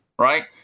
Right